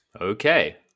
okay